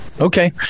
Okay